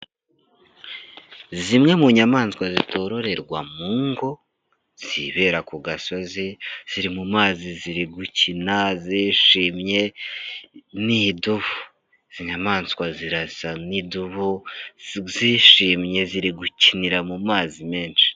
Zimwe mu nyamaswa zitororerwa mu ngo, zibera ku gasozi, ziri mu mazi ziri gukina, zirishimye, n'idubu, izi nyamaswa zirasa nk'idubu zishimye, ziri gukinira mu mazi menshi.